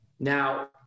Now